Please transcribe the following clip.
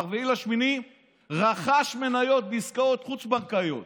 ב-4 באוגוסט רכש מניות בעסקאות חוץ-בנקאיות